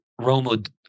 Romo